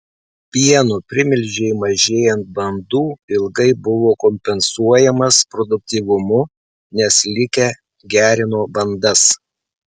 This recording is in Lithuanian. pieno primilžiai mažėjant bandų ilgai buvo kompensuojamas produktyvumu nes likę gerino bandas